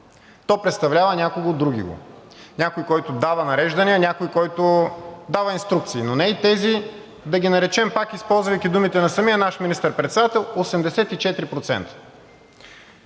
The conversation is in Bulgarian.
То представлява някого другиго, някой, който дава нареждания, някой, който дава инструкции, но не и тези, да ги наречем пак, използвайки думите на самия наш министър-председател, 84%.